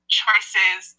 choices